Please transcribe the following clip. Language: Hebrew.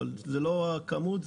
אבל זה לא הכמות,